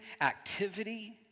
activity